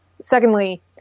Secondly